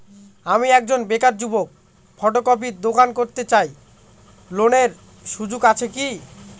আমি একজন বেকার যুবক ফটোকপির দোকান করতে চাই ঋণের সুযোগ আছে কি?